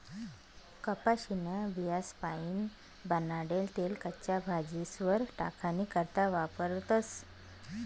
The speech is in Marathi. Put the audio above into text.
कपाशीन्या बियास्पाईन बनाडेल तेल कच्च्या भाजीस्वर टाकानी करता वापरतस